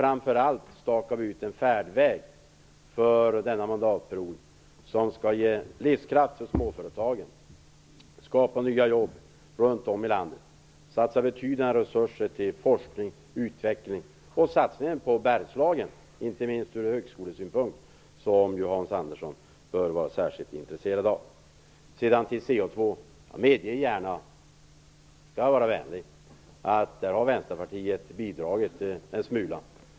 Framför allt stakar vi ut en färdväg för denna mandatperiod som skall ge livskraft åt småföretagen och skapa nya jobb runt om i landet. Vi satsar betydande resurser på forskning och utveckling samt på Bergslagen, vilket inte minst är viktigt från högskolesynpunkt - något som Hans Andersson bör vara särskilt intresserad av. Sedan frågan om CO2. Jag skall vara vänlig och medger gärna att där har Vänsterpartiet bidragit en smula.